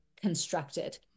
constructed